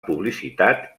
publicitat